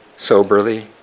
soberly